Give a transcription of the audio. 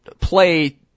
play